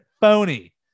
phony